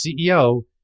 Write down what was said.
CEO